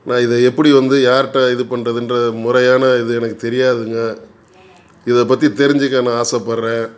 நான் இதை எப்படி வந்து யார்கிட்ட இது பண்ணுறதுன்ற முறையான இது எனக்குத் தெரியாதுங்க இதைப் பற்றி தெரிஞ்சுக்க நான் ஆசைப்பட்றேன்